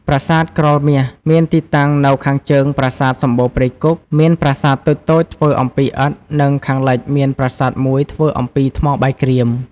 ប្រាសាទក្រោលមាស មានទីតាំងនៅខាងជើងប្រាសាទសំបូរព្រៃគុក មានប្រាសាទតូចៗធ្វើ អំពីឥដ្ឋ និងខាងលិចមានប្រាសាទមួយធ្វើអំពីថ្មបាយក្រៀម។